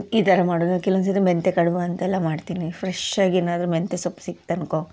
ಈ ಥರ ಮಾಡೋದು ಕೆಲವೊಂದು ಸರ್ತಿ ಮೆಂತೆ ಕಡುಬು ಅಂತೆಲ್ಲ ಮಾಡ್ತೀನಿ ಫ್ರೆಶ್ಶಾಗಿ ಏನಾದ್ರೂ ಮೆಂತೆ ಸೊಪ್ಪು ಸಿಕ್ತು ಅಂದ್ಕೋ